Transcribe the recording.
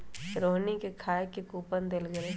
रोहिणी के खाए के कूपन देल गेलई